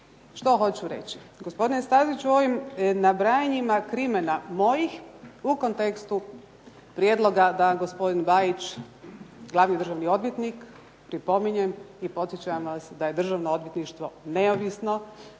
Što hoću reći? Gospodine Staziću u ovom nabrajanju krimena mojih u kontekstu prijedloga da gospodin BAjić glavni državni odvjetnik, pripominjem i podsjećam vas da je Državno odvjetništvo neovisno,